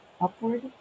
upward